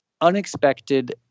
unexpected